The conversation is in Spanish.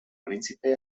príncipe